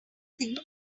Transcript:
think